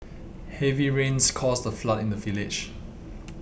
heavy rains caused a flood in the village